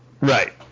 right